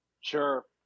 Sure